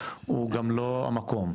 הוא גם לא המקום,